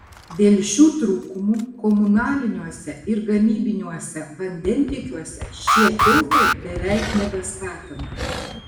dėl šių trūkumų komunaliniuose ir gamybiniuose vandentiekiuose šie filtrai beveik nebestatomi